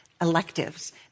electives